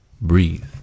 Breathe